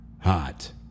hot